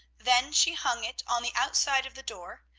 then she hung it on the outside of the door,